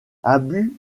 abu